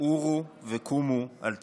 עורו וקומו על תפקידכם".